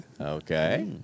Okay